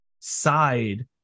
side